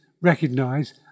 recognise